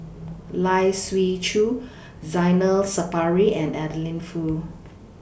Lai Siu Chiu Zainal Sapari and Adeline Foo